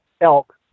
elk